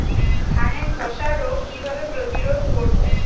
ধানে ধ্বসা রোগ কিভাবে প্রতিরোধ করব?